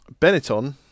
Benetton